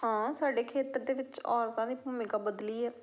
ਹਾਂ ਸਾਡੇ ਖੇਤਰ ਦੇ ਵਿੱਚ ਔਰਤਾਂ ਦੀ ਭੂਮਿਕਾ ਬਦਲੀ ਹੈ